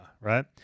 right